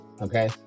Okay